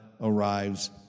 arrives